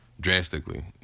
Drastically